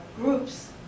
groups